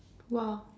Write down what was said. !wow!